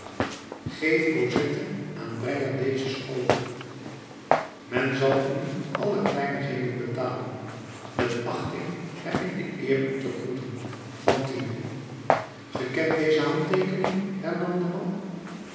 geef cosette aan brenger dezes over men zal u alle kleinigheden betalen met achting heb ik de eer u te groeten fantine ge kent deze handteekening hernam de man